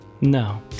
No